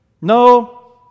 No